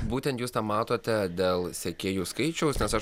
būtent jūs tą matote dėl sekėjų skaičiaus nes aš